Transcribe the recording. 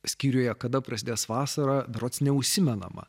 skyriuje kada prasidės vasara berods neužsimenama